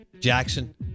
Jackson